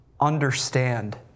understand